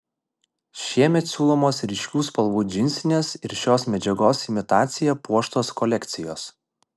šiemet siūlomos ryškių spalvų džinsinės ir šios medžiagos imitacija puoštos kolekcijos